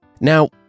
Now